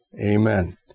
Amen